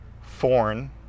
foreign